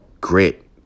grit